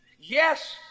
Yes